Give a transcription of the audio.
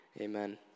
Amen